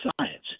science